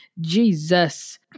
jesus